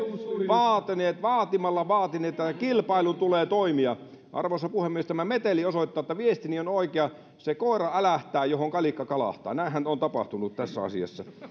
vaatineet vaatimalla vaatineet että kilpailun tulee toimia arvoisa puhemies tämä meteli osoittaa että viestini on oikea se koira älähtää johon kalikka kalahtaa näinhän on tapahtunut tässä asiassa